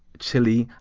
chile,